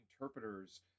interpreters